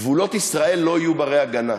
גבולות ישראל לא יהיו בני-הגנה.